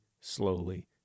slowly